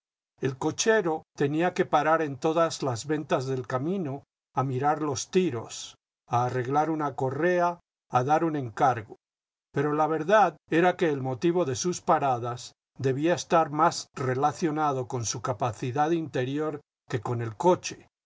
el cochero tenía que parar en todas las ventas del camino a mirar los tiros a arreglar una correa a dar un encargo pero la verdad era que el motivo de sus paradas debía estar más relacionado con su capacidad interior que con el coche